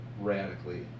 radically